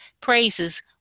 praises